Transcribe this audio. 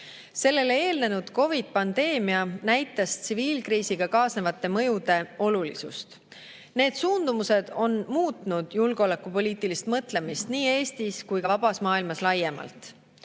Sellele eelnenud COVID-i pandeemia näitas tsiviilkriisiga kaasnevate mõjude olulisust. Need suundumused on muutnud julgeolekupoliitilist mõtlemist nii Eestis kui ka vabas maailmas laiemalt.